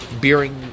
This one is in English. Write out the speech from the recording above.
bearing